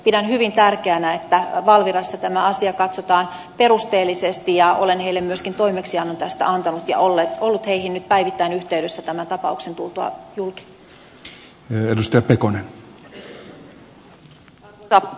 pidän hyvin tärkeänä että valvirassa tämä asia katsotaan perusteellisesti ja olen heille myöskin toimeksiannon tästä antanut ja ollut heihin nyt päivittäin yhteydessä tämän tapauksen tultua julki